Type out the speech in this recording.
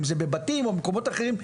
אם זה בבתים או במקומות אחרים,